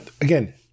again